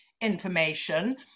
information